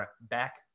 back